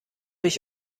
ich